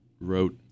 wrote